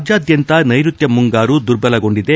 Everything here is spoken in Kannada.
ರಾಜ್ಯಾದ್ಯಂತ ನೈರುತ್ತ ಮುಂಗಾರು ದುರ್ಬಲಗೊಂಡಿದೆ